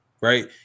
Right